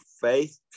faith